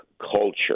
culture